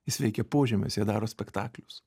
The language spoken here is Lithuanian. jis veikia požemiuose jie daro spektaklius